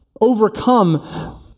overcome